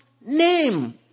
name